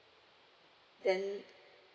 then